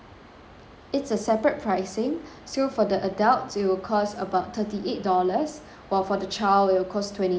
it's a separate pricing so for the adults it will cost about thirty eight dollars while for the child it will cost twenty eight dollars